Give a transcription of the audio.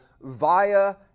via